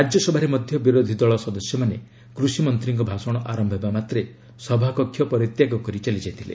ରାକ୍ୟସଭାରେ ମଧ୍ୟ ବିରୋଧୀ ଦଳମାନେ କୃଷିମନ୍ତ୍ରୀଙ୍କ ଭାଷଣ ଆରମ୍ଭ ହେବା ମାତ୍ରେ ସଭାକକ୍ଷ ପରିତ୍ୟାଗ କରି ଚାଲିଯାଇଥିଲେ